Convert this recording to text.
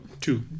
Two